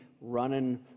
running